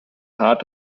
heart